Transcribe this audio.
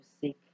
seek